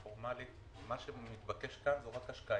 מה שמתבקש כאן זו רק השקעה.